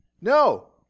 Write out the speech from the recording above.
No